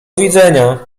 widzenia